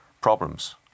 problems